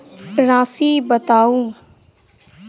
राशि बताउ